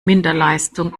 minderleistung